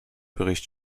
bericht